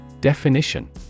Definition